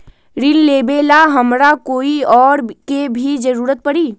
ऋन लेबेला हमरा कोई और के भी जरूरत परी?